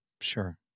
Sure